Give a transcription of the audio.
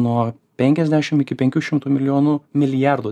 nuo penkiasdešim iki penkių šimtų milijonų milijardų